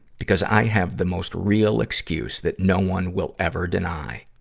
because i have the most real excuse that no one will ever deny.